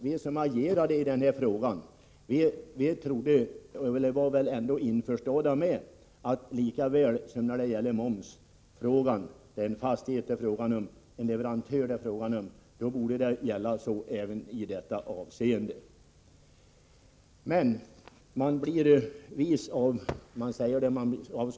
Vi som agerade i frågan utgick ifrån att samma princip skulle gälla i det här avseendet som vid momsberäkningen, då det är fråga om en fastighet eller en leverantör. Av skadan blir man vis, heter det.